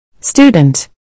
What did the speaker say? Student